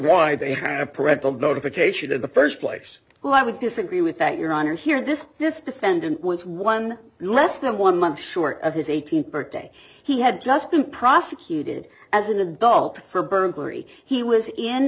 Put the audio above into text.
why they have parental notification in the first place well i would disagree with that your honor here this this defendant was one less than one month short of his eighteenth birthday he had just been prosecuted as an adult for burglary he